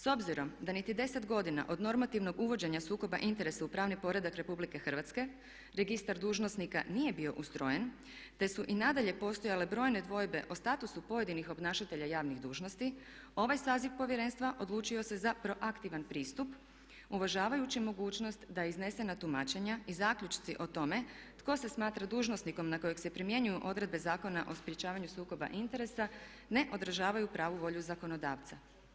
S obzirom da niti 10 godina od normativnog uvođenja sukoba interesa u pravni poredak Republike Hrvatske registar dužnosnika nije bio ustrojen, te su i nadalje postojale brojne dvojbe o statusu pojedinih obnašatelja javnih dužnosti ovaj saziv Povjerenstva odlučio se za proaktivan pristup uvažavajući mogućnost da iznesena tumačenja i zaključci o tome tko se smatra dužnosnikom na kojeg se primjenjuju odredbe Zakona o sprječavanju sukoba interesa ne odražavaju pravu volju zakonodavca.